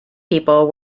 people